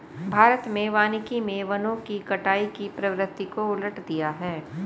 भारत में वानिकी मे वनों की कटाई की प्रवृत्ति को उलट दिया है